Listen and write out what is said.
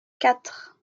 quatre